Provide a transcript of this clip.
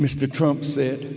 mr trump said